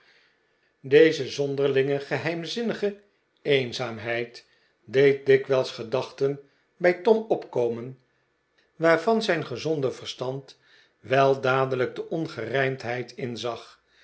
deze zonderlinge geheimzinnige een l zaamheid deed dikwijls gedachten bij tom opkomen waar van zijn gezonde verstand geheimzinnige kamers wel dadelijk de opgerijmdheid inzag